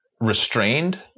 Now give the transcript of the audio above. restrained